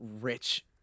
rich